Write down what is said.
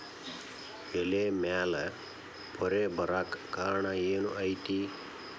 ಎಲೆ ಮ್ಯಾಲ್ ಪೊರೆ ಬರಾಕ್ ಕಾರಣ ಏನು ಐತಿ?